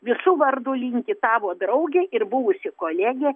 visų vardu linki tavo draugė ir buvusi kolegė